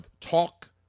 talk